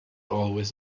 always